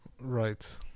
Right